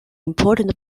important